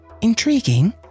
intriguing